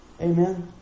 Amen